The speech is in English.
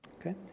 Okay